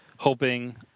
Hoping